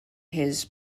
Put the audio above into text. his